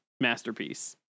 masterpiece